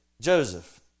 Joseph